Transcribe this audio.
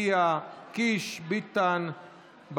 חוה אתי עטייה, יואב קיש, דוד ביטן,